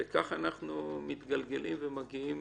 וכך אנחנו מתגלגלים ומגיעים